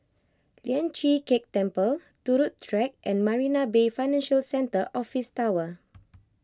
Lian Chee Kek Temple Turut Track and Marina Bay Financial Centre Office Tower